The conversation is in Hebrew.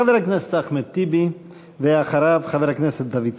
חבר הכנסת אחמד טיבי, ואחריו, חבר הכנסת דוד צור.